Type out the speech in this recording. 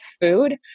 food